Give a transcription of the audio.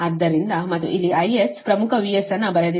ಆದ್ದರಿಂದ ಮತ್ತು ಇಲ್ಲಿ IS ಪ್ರಮುಖ VS ಅನ್ನು ಬರೆದಿದ್ದೇನೆ ಮತ್ತು 10